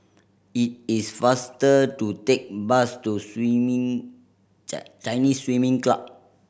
it is faster to take bus to Swimming Chinese Swimming Club